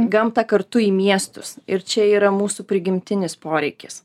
gamtą kartu į miestus ir čia yra mūsų prigimtinis poreikis